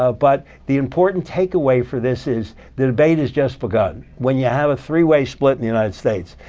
ah but the important takeaway for this is the debate has just begun. when you have a three way split in the united states,